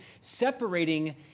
separating